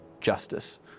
justice